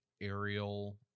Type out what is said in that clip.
aerial